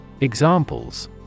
Examples